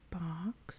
box